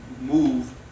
move